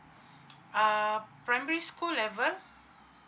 uh primary school level